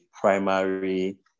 primary